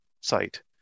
site